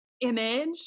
image